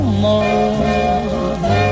more